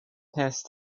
passed